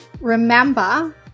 Remember